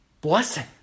Blessing